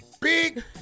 Big